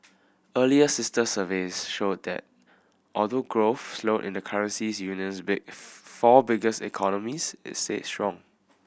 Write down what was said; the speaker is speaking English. earlier sister surveys showed that although growth slowed in the currency union's big four biggest economies it stayed strong